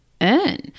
earn